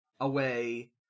away